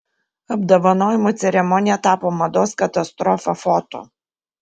apdovanojimų ceremonija tapo mados katastrofa foto